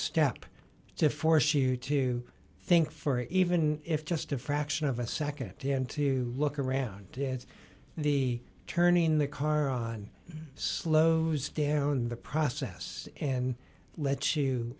step to force you to think for even if just a fraction of a nd to look around it's the turning the car on slows down the process and let you